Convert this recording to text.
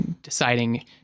deciding